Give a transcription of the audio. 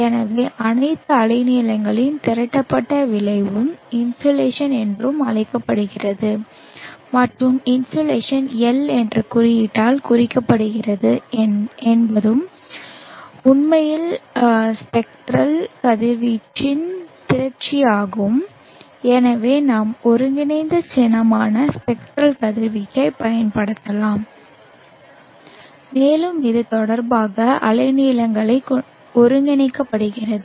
எனவே அனைத்து அலைநீளங்களின் திரட்டப்பட்ட விளைவும் இன்சோலேஷன் என்று அழைக்கப்படுகிறது மற்றும் இன்சோலேஷன் L என்ற குறியீட்டால் குறிக்கப்படுகிறது என்பது உண்மையில் ஸ்பெக்ட்ரல் கதிர்வீச்சின் திரட்சியாகும் எனவே நாம் ஒருங்கிணைந்த சின்னமான ஸ்பெக்ட்ரல் கதிர்வீச்சைப் பயன்படுத்தலாம் மேலும் இது தொடர்பாக அலைநீள ஒருங்கிணைக்கப்படுகிறது